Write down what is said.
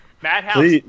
Madhouse